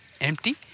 empty